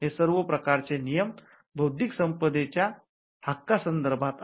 हे सर्व प्रकारचे नियम बौद्धीक संपदेच्या हक्का संदर्भात आहेत